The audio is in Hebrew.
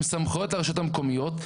עם סמכויות לרשויות המקומיות,